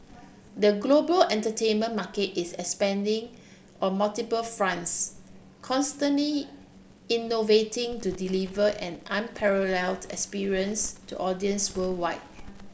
the global entertainment market is expanding on multiple fronts constantly innovating to deliver an unparalleled experience to audiences worldwide